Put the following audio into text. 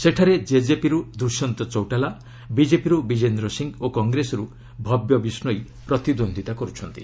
ସେଠାରେ ଜେଜେପିରୁ ଦୁଶ୍ୟନ୍ତ ଚୌଟାଲା ବିଜେପିରୁ ବ୍ରିଜେନ୍ଦ୍ର ସିଂହ ଓ କଂଗ୍ରେସର୍ ଭବ୍ୟ ବିଷ୍ଣୋଇ ପ୍ରତିଦ୍ୱନ୍ଦିତା କର୍ତ୍ତନ୍ତି